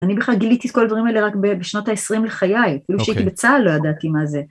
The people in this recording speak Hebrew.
אני בכלל גיליתי את כל הדברים האלה רק בשנות ה-20 לחיי, כאילו כשהייתי בצהל לא ידעתי מה זה.